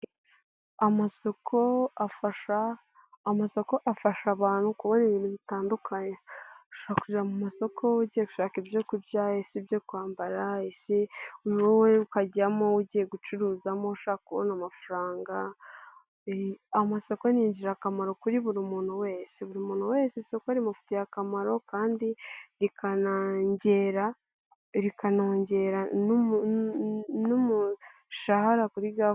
Amasoko afasha amasoko afasha abantu kubona ibintu bitandukanye. Ushobora kujya mu masoko ugiye gushaka ibyo kurya, cyangwa se ibyo kwambara, ese wowe ukajyamo ugiye gucuruzamo, ushaka kubona amafaranga. Amasoko ni ingirakamaro kuri buri muntu wese. Buri muntu wese isoko rimufitiye akamaro kandi rikanongera n'umushahara kuri gahunda.